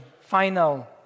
final